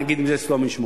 נגיד שאצלו המשמורת.